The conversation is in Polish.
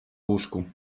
łóżku